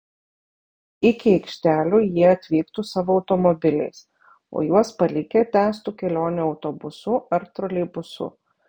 iki aikštelių jie atvyktų savo automobiliais o juos palikę tęstų kelionę autobusu ar troleibusu